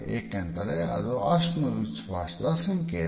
ಏಕೆಂದರೆ ಇದು ಆತ್ಮವಿಶ್ವಾಸದ ಸಂಕೇತ